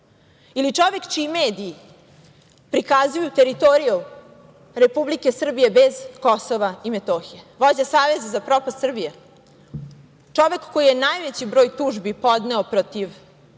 ili čovek čiji mediji prikazuju teritoriju Republike Srbije bez Kosova i Metohije, vođa saveza za propast Srbije, čovek koji je najveći broj tužbi podneo protiv